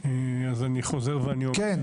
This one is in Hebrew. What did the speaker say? אז אני חוזר ואני אומר,